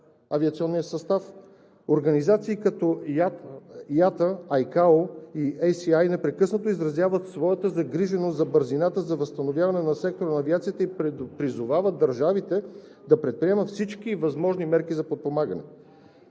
авиационния състав. Организации като ИАТА, ИКАО и Ес Си Ай непрекъснато изразяват своята загриженост за бързината за възстановяване на сектора на авиацията и призовават държавите да предприемат всички възможни мерки за подпомагане.